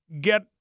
get